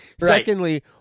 Secondly